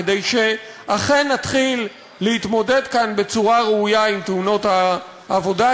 כדי שאכן נתחיל להתמודד כאן בצורה ראויה עם תאונות העבודה,